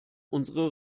unsere